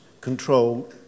control